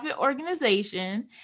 organization